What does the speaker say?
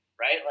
right